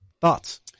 thoughts